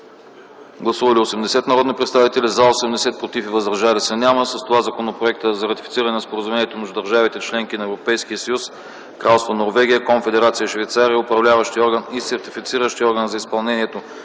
Гласували 80 народни представители: за 80, против и въздържали се няма. С това Законопроектът за ратифициране на Споразумението между държавите – членки на Европейския съюз, Кралство Норвегия, Конфедерация Швейцария, Управляващия орган и Сертифициращия орган за изпълнението